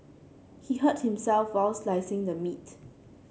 he hurt himself while slicing the meat